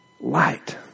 light